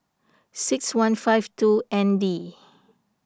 six one five two N D